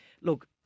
look